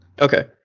Okay